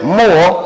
more